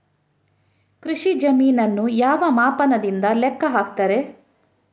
ಕೃಷಿ ಜಮೀನನ್ನು ಯಾವ ಮಾಪನದಿಂದ ಲೆಕ್ಕ ಹಾಕ್ತರೆ?